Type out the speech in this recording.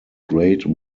great